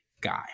guy